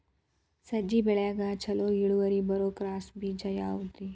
ಸಜ್ಜೆ ಬೆಳೆಗೆ ಛಲೋ ಇಳುವರಿ ಬರುವ ಕ್ರಾಸ್ ಬೇಜ ಯಾವುದ್ರಿ?